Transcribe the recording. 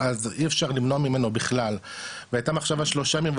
אז אי אפשר למנוע ממנו בכלל והייתה מחשבה שלושה ימים,